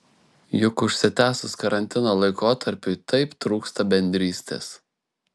juk užsitęsus karantino laikotarpiui taip trūksta bendrystės